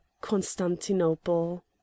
Constantinople